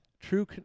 True